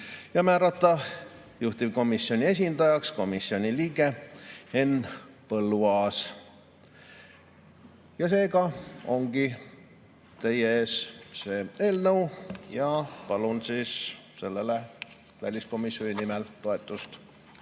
Määrata juhtivkomisjoni esindajaks komisjoni liige Henn Põlluaas. Seega ongi teie ees see eelnõu. Palun sellele väliskomisjoni nimel toetust.